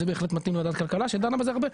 זה בהחלט מתאים לוועדת הכלכלה שדנה בזה הרבה.